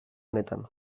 honetan